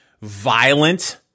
violent